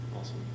Awesome